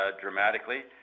dramatically